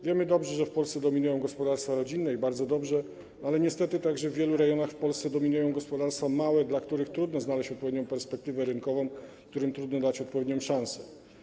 Wiemy dobrze, że w Polsce dominują gospodarstwa rodzinne i bardzo dobrze, ale niestety także w wielu rejonach w Polsce dominują gospodarstwa małe, dla których trudno znaleźć odpowiednią perspektywę rynkową, którym trudno dać odpowiednią szansę.